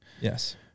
Yes